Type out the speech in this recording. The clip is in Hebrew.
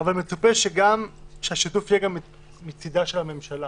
אבל מצופה שהשיתוף יהיה גם מצידה של הממשלה.